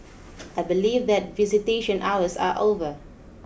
I believe that visitation hours are over